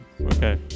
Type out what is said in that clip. okay